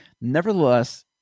Nevertheless